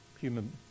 human